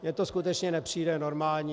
Mně to skutečně nepřijde normální.